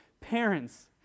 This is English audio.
Parents